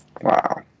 Wow